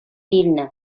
илнӗ